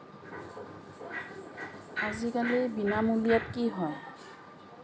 আজিকালি বিনামূলীয়াত কি হয়